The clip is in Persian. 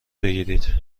بگیرید